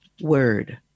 word